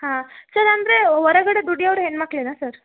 ಹಾಂ ಸರ್ ಅಂದರೆ ಹೊರಗಡೆ ದುಡಿಯೋರು ಹೆಣ್ಣು ಮಕ್ಕಳೇನ ಸರ್